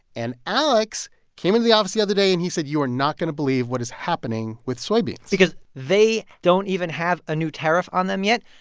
and alex came in the office the other day, and he said you are not going to believe what is happening with soybeans because they don't even have a new tariff on them yet,